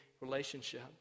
relationship